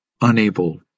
unable